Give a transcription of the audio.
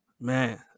man